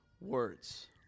words